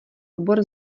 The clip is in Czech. obor